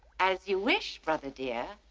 as you wish, brother dear.